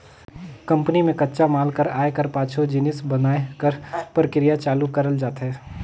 company में कच्चा माल कर आए कर पाछू जिनिस बनाए कर परकिरिया चालू करल जाथे